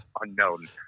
unknown